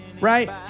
right